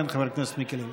כן, חבר הכנסת מיקי לוי.